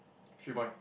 three point